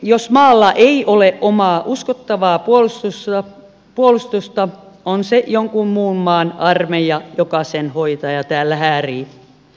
jos maalla ei ole omaa uskottavaa puolustusta on se jonkun muun maan armeija joka sen hoitaa ja täällä häärii